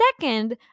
second